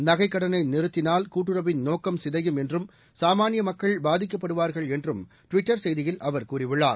நகைக்கடனை நிறுத்தினால் கூட்டுறவின் நோக்கம் சிதையும் என்றும் சாமானிய மக்கள் பாதிக்கப்படுவார்கள் என்றும் ட்விட்டர் செய்தியில் அவர் கூறியுள்ளார்